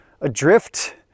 adrift